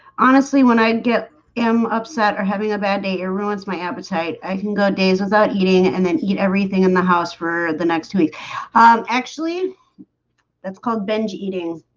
honestly when i'd get em upset or having a bad day it ruins my appetite i can go days without eating and then eat everything in the house for the next week actually that's called binge eating.